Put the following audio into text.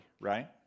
right